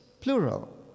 Plural